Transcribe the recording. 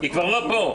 היא כבר לא פה.